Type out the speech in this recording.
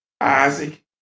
Isaac